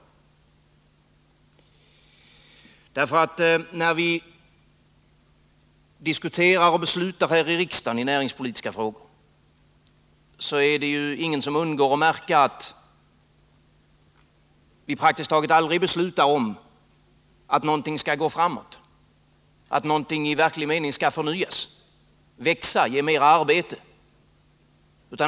Ingen kan undgå att märka att vi, när vi diskuterar och beslutar om näringspolitiska frågor här i riksdagen, praktiskt taget aldrig fattar beslut om att något skall gå framåt, att något i verklig mening skall förnyas, växa och ge mera arbete.